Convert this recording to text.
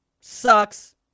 Sucks